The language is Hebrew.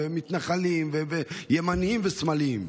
מתנחלים וימנים ושמאלנים,